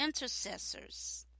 intercessors